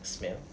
smell